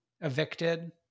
evicted